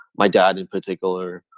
my dad in particular.